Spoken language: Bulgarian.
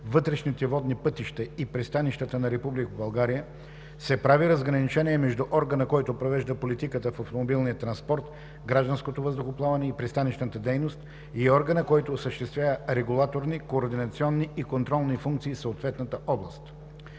вътрешните водни пътища и пристанищата на Република България се прави разграничение между органа, който провежда политиката в автомобилния транспорт, гражданското въздухоплаване и пристанищната дейност, и органа, който осъществява регулаторни, координационни и контролни функции в съответната област.